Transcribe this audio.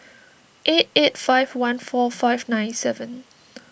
eight eight five one four five nine seven